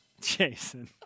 Jason